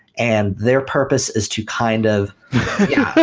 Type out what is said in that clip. and their purpose is to kind of yeah,